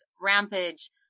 rampage